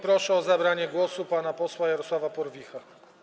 Proszę o zabranie głosu pana posła Jarosława Porwicha.